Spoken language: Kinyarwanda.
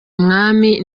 umwami